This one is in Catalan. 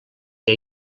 què